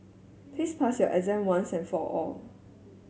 please pass your exam once and for all